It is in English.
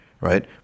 right